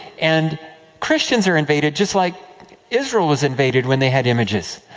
and christians are invaded just like israel was invaded when they had images.